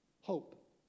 Hope